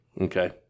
Okay